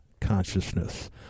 consciousness